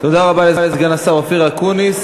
תודה רבה לסגן השר אופיר אקוניס.